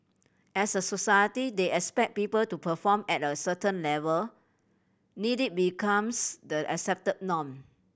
as a society they expect people to perform at a certain level need it becomes the accepted norm